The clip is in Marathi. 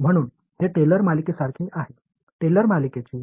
म्हणून हे टेलर मालिकेसारखे आहेत टेलर मालिकेची